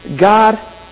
God